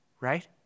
Right